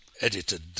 edited